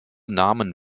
namen